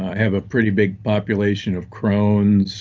have a pretty big population of crohn's,